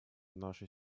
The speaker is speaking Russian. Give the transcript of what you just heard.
нашей